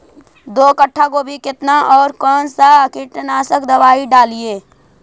दो कट्ठा गोभी केतना और कौन सा कीटनाशक दवाई डालिए?